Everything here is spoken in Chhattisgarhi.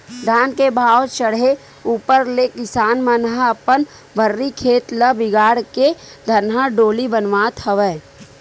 धान के भाव चड़हे ऊपर ले किसान मन ह अपन भर्री खेत ल बिगाड़ के धनहा डोली बनावत हवय